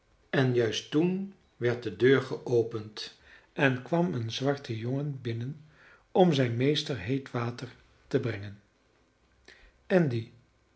en juist toen werd de deur geopend en kwam een zwarte jongen binnen om zijn meester heet water te brengen andy